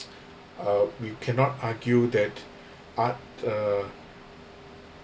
uh we cannot argue that art uh